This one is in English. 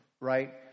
Right